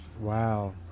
Wow